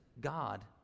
God